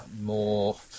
more